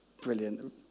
brilliant